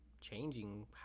changing